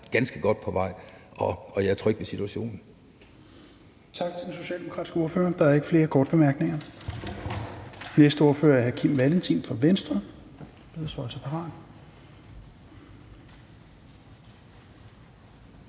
ganske godt på vej, og jeg er tryg ved situationen.